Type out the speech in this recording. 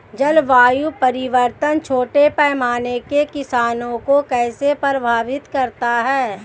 जलवायु परिवर्तन छोटे पैमाने के किसानों को कैसे प्रभावित करता है?